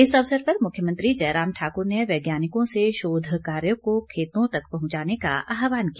इस अवसर पर मुख्यमंत्री जयराम ठाकुर ने वैज्ञानिकों से शोध कार्य को खेतों तक पहुंचाने का आहबान किया